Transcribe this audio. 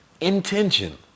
intention